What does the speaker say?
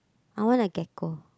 I want a gecko